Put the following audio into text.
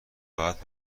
راحت